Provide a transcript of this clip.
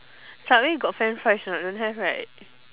subway got french fries or not don't have right